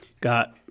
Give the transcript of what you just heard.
got